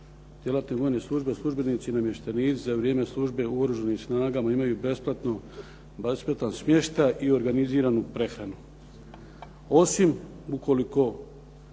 djelatne vojne službe, službenici i namještenici za vrijeme službe u Oružanim snagama imaju besplatan smještaj i organiziranu prehranu